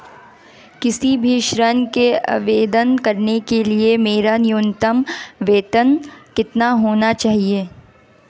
किसी भी ऋण के आवेदन करने के लिए मेरा न्यूनतम वेतन कितना होना चाहिए?